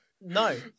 no